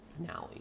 finale